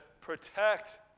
protect